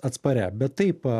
atsparia bet taip